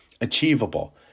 achievable